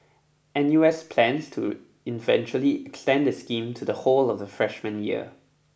N U S plans to eventually extend the scheme to the whole of the freshman year